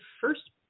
first